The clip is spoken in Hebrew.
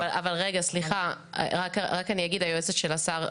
רגע, סליחה, אני לא רוצה להפריע לשב"ס פה.